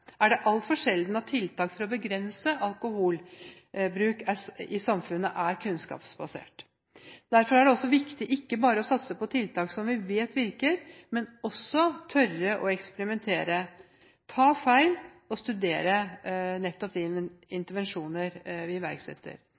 altfor sjelden at tiltak for å begrense alkoholbruk i samfunnet er kunnskapsbasert. Derfor er det viktig ikke bare å satse på tiltak som vi vet virker, men også å tørre å eksperimentere, ta feil og studere nettopp de intervensjoner vi iverksetter.